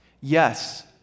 Yes